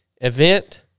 event